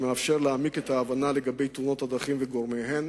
מרכז מידע שמאפשר להעמיק את ההבנה בכל הקשור לתאונות הדרכים וגורמיהן.